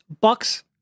Bucks